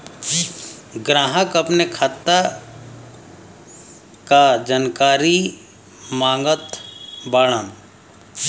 ग्राहक अपने खाते का जानकारी मागत बाणन?